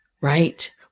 right